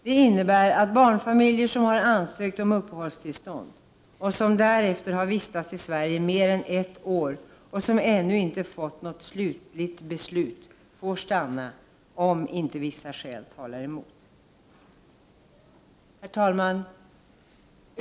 Det innebär att barnfamiljer som har ansökt om uppehållstillstånd och som därefter har vistats i Sverige i mer än ett år och ännu inte fått något slutligt beslut, får stanna om inte vissa skäl talar emot. Herr talman!